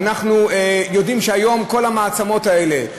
אנחנו יודעים שהיום כל המעצמות האלה,